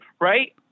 right